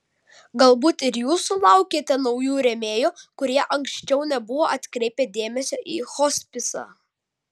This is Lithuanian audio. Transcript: galbūt ir jūs sulaukėte naujų rėmėjų kurie anksčiau nebuvo atkreipę dėmesio į hospisą